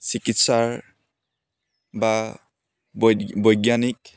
চিকিৎসাৰ বা বৈজ্ঞানিক